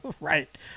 Right